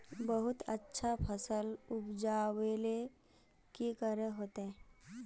बहुत अच्छा फसल उपजावेले की करे होते?